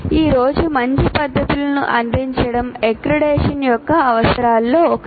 ఈ రోజు మంచి పద్ధతులను అందించడం అక్రిడిటేషన్ యొక్క అవసరాలలో ఒకటి